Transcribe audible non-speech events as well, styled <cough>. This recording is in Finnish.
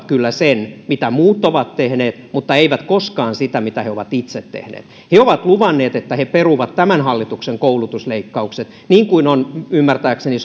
<unintelligible> kyllä sen mitä muut ovat tehneet mutta eivät koskaan sitä mitä he ovat itse tehneet he ovat luvanneet että he peruvat tämän hallituksen koulutusleikkaukset niin kuin ovat ymmärtääkseni <unintelligible>